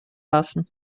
lassen